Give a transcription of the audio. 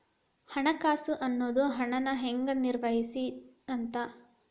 ಹಣಕಾಸು ಅನ್ನೋದ್ ಹಣನ ಹೆಂಗ ನಿರ್ವಹಿಸ್ತಿ ಅಂತ